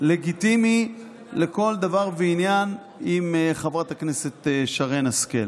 לגיטימי לכל דבר ועניין עם חברת הכנסת שרן השכל.